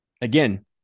again